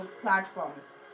platforms